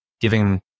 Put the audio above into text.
giving